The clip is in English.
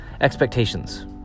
expectations